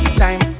time